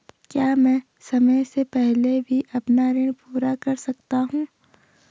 क्या मैं समय से पहले भी अपना ऋण पूरा कर सकता हूँ?